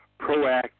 proactive